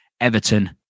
Everton